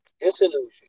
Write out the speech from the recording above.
Disillusion